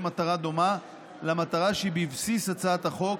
מטרה דומה למטרה שהיא בבסיס הצעת החוק: